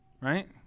right